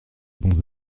bons